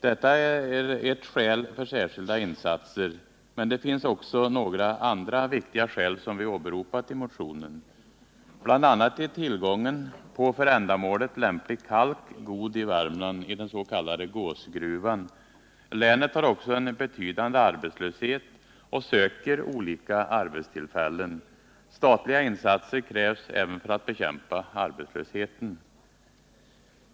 Detta är ett skäl för särskilda insatser. Men det finns också några andra viktiga skäl som vi åberopat i motionen. BI. a. är tillgången på för ändamålet lämplig kalk god i Värmland, i den s.k. Gåsgruvan. Länet har också en betydande arbetslöshet och söker olika arbetstillfällen. Statliga insatser krävs även för att bekämpa arbetslösheten.